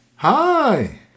Hi